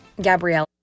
Gabrielle